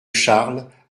charles